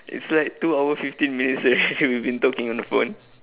it's like two hour fifteen minutes already we've been talking on the phone